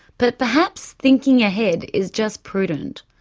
but perhaps thinking ahead is just prudent.